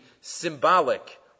symbolic